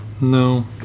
No